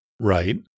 Right